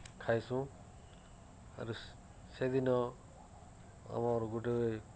ଖାଇସୁଁ ଆର୍ ସେଦିନ ଆମର୍ ଗୁଟେ